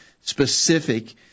specific